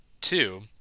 Two